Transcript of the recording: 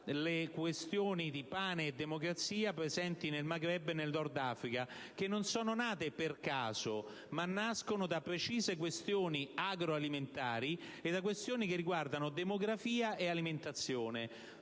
le questioni di pane e democrazia aperte nel Maghreb e nel Nordafrica, che non sono nate per caso ma da precise situazioni agroalimentari che riguardano demografia e alimentazione.